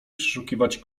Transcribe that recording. przeszukiwać